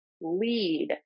lead